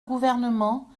gouvernement